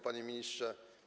Panie Ministrze!